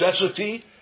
necessity